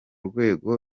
rwego